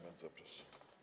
Bardzo proszę.